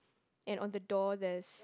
and on the door there's